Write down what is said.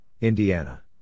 Indiana